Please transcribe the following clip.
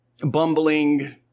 bumbling